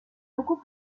beaucoup